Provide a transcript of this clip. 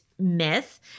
myth